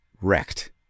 wrecked